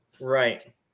Right